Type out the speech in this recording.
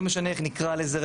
לא משנה איך נקרא לזה,